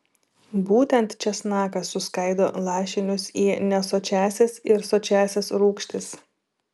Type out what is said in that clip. būtent česnakas suskaido lašinius į nesočiąsias ir sočiąsias rūgštis